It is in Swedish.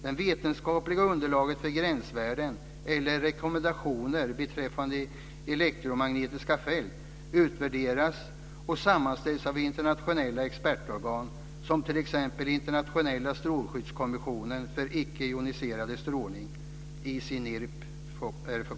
Det vetenskapliga underlaget för gränsvärden eller rekommendationer beträffande elektromagnetiska fält utvärderas och sammanställs av internationella expertorgan som t.ex. Internationella strålskyddskommissionen för icke joniserande strålning, ICNIRP.